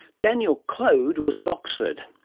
danielle clode was at oxford,